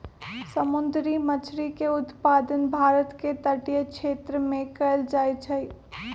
समुंदरी मछरी के उत्पादन भारत के तटीय क्षेत्रमें कएल जाइ छइ